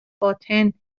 باطن